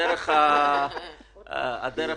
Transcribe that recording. הדרך --- בדיוק.